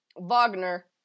Wagner